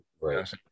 Right